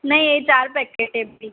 નહીં એ ચાર પૅકેટ એ બી